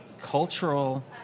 cultural